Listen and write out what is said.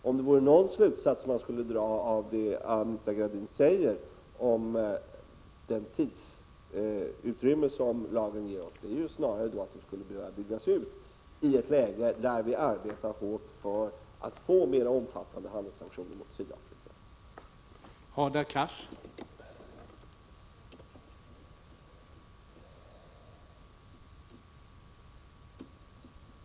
Om jag skulle dra någon slutsats av det Anita Gradin säger om det tidsutrymme som lagren ger är det snarare att lagren skulle behöva byggas ut i ett läge där Sverige arbetar hårt för att få till stånd mer omfattande handelssanktioner mot Sydafrika.